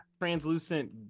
translucent